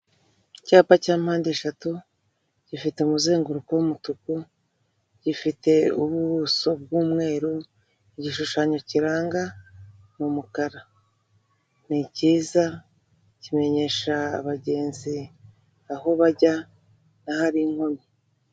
Icyapa cya mpande eshatu gifite umuzenguruko w'umutuku, gifite ubu ubuso bw'umweru. Igishushanyo kiranga umukara ni cyiza kimenyesha abagenzi aho bajya n'ahari inkomyi.